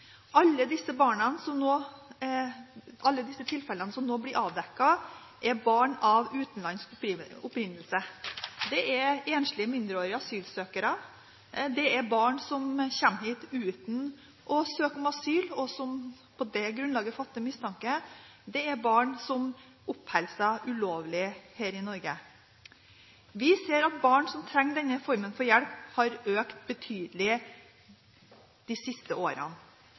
Alle disse tilfellene som nå blir avdekt, er barn av utenlandsk opprinnelse. Det er enslige, mindreårige asylsøkere, det er barn som kommer hit uten å søke om asyl – og på det grunnlaget fattes det mistanke – og det er barn som oppholder seg ulovlig her i Norge. Vi ser at antall barn som trenger denne formen for hjelp, har økt betydelig de siste årene.